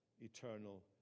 eternal